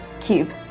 Cube